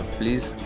please